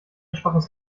schwaches